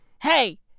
hey